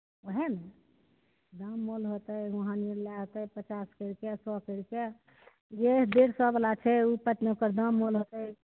ओहए ने दाम होल होतै वहाॅं नेने होतै पचास कैरिके सए कैरिके जे डेढ़ सए बला छै ओ तत ने ओकर दाम होल होतै